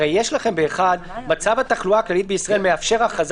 הרי ב-(1) כתוב "מצב התחלואה הכללית בישראל מאפשר הכרזה